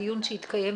בדיון שהתקיים,